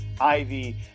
Ivy